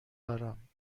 دارم